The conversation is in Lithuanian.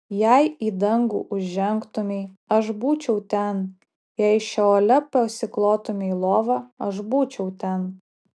jei į dangų užžengtumei aš būčiau ten jei šeole pasiklotumei lovą aš būčiau ten